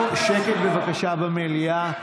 שקט בבקשה במליאה.